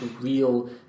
real